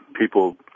people